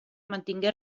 mantingué